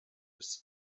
with